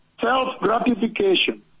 self-gratification